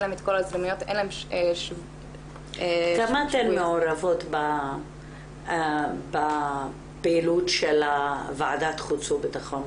להן את כל ההזדמנויות --- כמה אתן מעורבות בפעילות ועדת החוץ והבטחון?